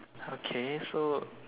okay so